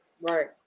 Right